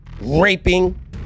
raping